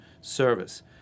service